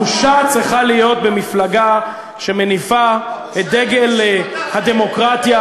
הבושה צריכה להיות במפלגה שמניפה את דגל הדמוקרטיה,